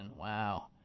Wow